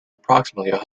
approximately